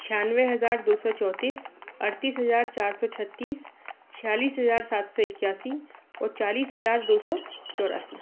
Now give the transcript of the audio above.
छियानवे हज़ार दू सौ चौतीस अड़तीस हज़ार चार सौ छत्तीस छियालीस हज़ार सात सौ इक्यासी और चालीस हज़ार दो सौ चौरासी